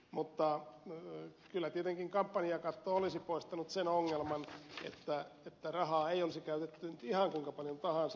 mutta kyllä tietenkin kampanjakatto olisi poistanut sen ongelman että rahaa olisi käytetty nyt ihan kuinka paljon tahansa